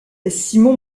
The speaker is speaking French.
simon